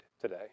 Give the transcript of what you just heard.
today